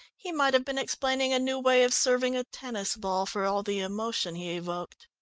he might have been explaining a new way of serving a tennis ball, for all the emotion he evoked.